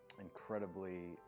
incredibly